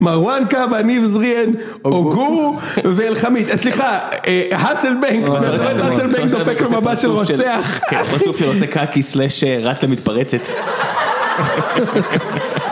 מרואן קבהא, ניב זריהן, אוגו ואל-חמיד. סליחה, האסלביינק, האסלביינק דופק לו מבט של רוצח. -כן, פרצוף שעושה קקי / רץ למתפרצת.